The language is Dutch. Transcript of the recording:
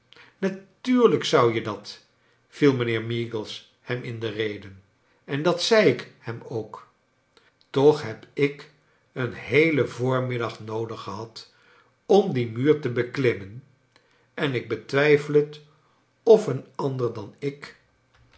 natuurlijk zou je dat viel mijnheer meagles hem in de rede en dat zei ik hem ook toch heb ik een heelen voormiddag noodig gehad om dien muur te beklimmen en ik betwijfel het of een ander dan ik